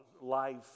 life